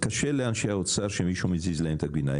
קשה לאנשי האוצר שמישהו מזיז להם את הגבינה,